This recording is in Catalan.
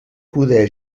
poder